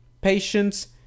patience